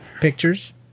Pictures